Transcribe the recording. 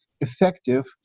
effective